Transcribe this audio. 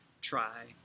try